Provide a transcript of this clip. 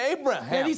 Abraham